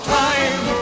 time